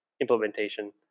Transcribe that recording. implementation